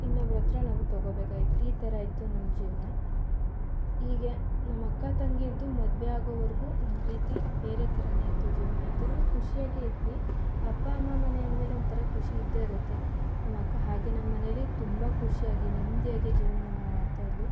ಇನ್ನೊಬ್ರ ಹತ್ರ ನಾವು ತಗೊಳ್ಬೇಕಾಗಿತ್ತು ಈ ಥರ ಇತ್ತು ನಮ್ಮ ಜೀವನ ಹೀಗೆ ನಮ್ಮಕ್ಕ ತಂಗಿರ್ದೂ ಮದುವೆ ಆಗೋವರೆಗೂ ಒಂದು ರೀತಿ ಬೇರೆ ಥರನೇ ಇತ್ತು ಜೀವನ ಆದ್ರೂ ಖುಷಿಯಾಗೆ ಇದ್ವಿ ಅಪ್ಪ ಅಮ್ಮ ಮನೆ ಅಂದ್ಮೇಲೆ ಒಂಥರ ಖುಷಿ ಇದ್ದೇ ಇರುತ್ತೆ ನಮ್ಮಕ್ಕ ಹಾಗೆ ನಮ್ಮನೇಲಿ ತುಂಬ ಖುಷಿಯಾಗಿ ನೆಮ್ಮದಿಯಾಗಿ ಜೀವನವನ್ನ ಮಾಡ್ತಾಯಿದ್ಲು